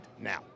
now